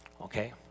Okay